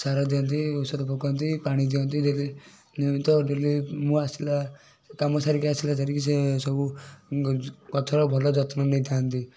ସାର ଦିଅନ୍ତି ଔଷଧ ପକାନ୍ତି ପାଣି ଦିଅନ୍ତି ଡେଲି ନିୟମିତ ଡେଲି ମୁଁ ଆସିଲା କାମ ସାରିକି ଆସିଲା ସାରିକି ସେ ସବୁ ଗଛର ଭଲ ଯତ୍ନ ନେଇଥାନ୍ତି